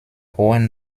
hohen